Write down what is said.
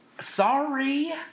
Sorry